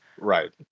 Right